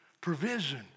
provision